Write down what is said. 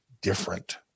different